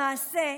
למעשה,